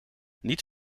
niet